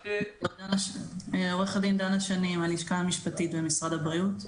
אני מהלשכה המשפטית במשרד הבריאות.